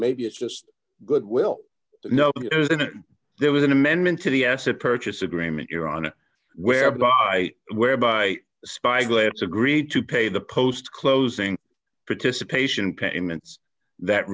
maybe it's just goodwill no there was an amendment to the asset purchase agreement iran whereby whereby spyglass agreed to pay the post closing participation payments that